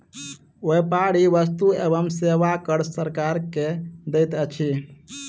व्यापारी वस्तु एवं सेवा कर सरकार के दैत अछि